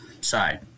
side